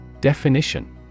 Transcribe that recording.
Definition